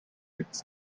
its